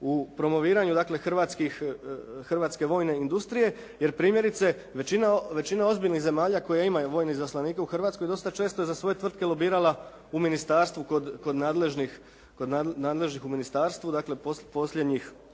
hrvatskih, hrvatske vojne industrije jer primjerice većina ozbiljnih zemalja koje imaju vojne izaslanike u Hrvatskoj dosta često je za svoje tvrtke lobirala u ministarstvu kod nadležnih u ministarstvu dakle posljednjih